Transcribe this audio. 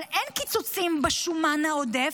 אבל אין קיצוצים בשומן העודף,